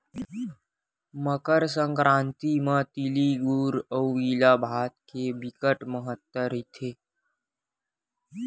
मकर संकरांति म तिली गुर अउ गिला भात के बिकट महत्ता रहिथे